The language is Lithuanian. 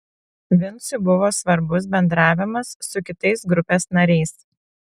vincui buvo svarbus bendravimas su kitais grupės nariais